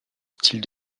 styles